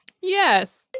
Yes